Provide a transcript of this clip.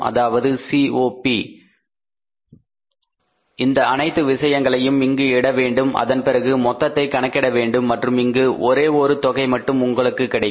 அதாவது COP இந்த அனைத்து விஷயங்களையும் இங்கு இட வேண்டும் அதன்பிறகு மொத்தத்தை கணக்கிட வேண்டும் மற்றும் இங்கு ஒரே ஒரு தொகை மட்டும் உங்களுக்கு கிடைக்கும்